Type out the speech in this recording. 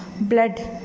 blood